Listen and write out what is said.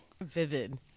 Vivid